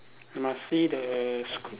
must see the school